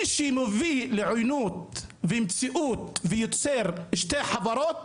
מי שמביא לעוינות ומציאות ויוצר שתי חברות,